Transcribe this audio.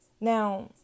Now